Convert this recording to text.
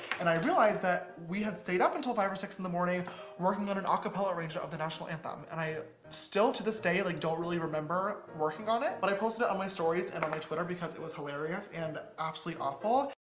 and i realized that we had stayed up until five or six in the morning working on an acapella arrangement of the national anthem. and i still to this day, like don't really remember working on it, but i posted it on my stories and on my twitter because it was hilarious and absolutely awful.